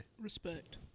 Respect